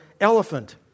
elephant